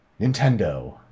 Nintendo